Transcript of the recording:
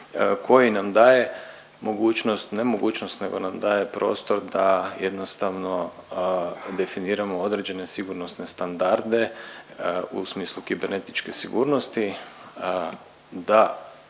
nego nam daje prostor da jednostavno definiramo određene sigurnosne standarde u smislu kibernetičke sigurnosti,